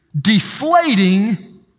deflating